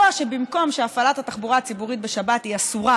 במקום שהפעלת התחבורה הציבורית בשבת היא אסורה